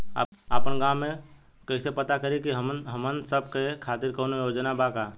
आपन गाँव म कइसे पता करि की हमन सब के खातिर कौनो योजना बा का?